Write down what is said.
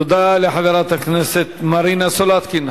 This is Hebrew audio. תודה לחברת הכנסת מרינה סולודקין.